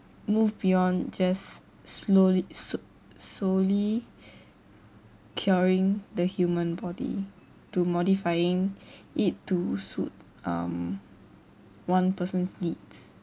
move beyond just slowly s~ solely curing the human body to modifying it to suit um one person's needs